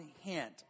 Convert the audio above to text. hint